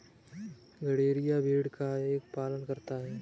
गड़ेरिया भेड़ का पालन करता है